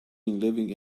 living